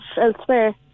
elsewhere